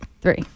three